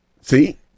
See